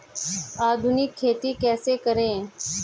आधुनिक खेती कैसे करें?